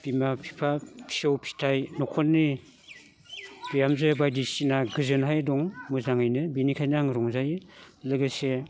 बिमा बिफा फिसौ फिथाय न'खरनि बिहामजो बायदिसिना गोजोनहाय दं मोजाङैनो बिनिखायनो आं रंजायो लोगोसे